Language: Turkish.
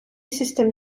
sistem